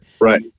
Right